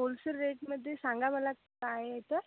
wholesale रेटमध्ये सांगा मला काय आहे तर